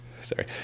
sorry